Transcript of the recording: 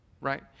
right